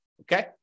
Okay